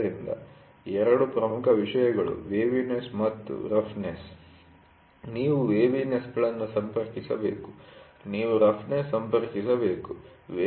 ಆದ್ದರಿಂದ ಎರಡು ಪ್ರಮುಖ ವಿಷಯಗಳು ವೇವಿನೆಸ್ ಮತ್ತು ರಫ್ನೆಸ್ ನೀವು ವೇವಿನೆಸ್'ಗಳನ್ನು ಸಂಪರ್ಕಿಸಬೇಕು ನೀವು ರಫ್ನೆಸ್ ಸಂಪರ್ಕಿಸಬೇಕು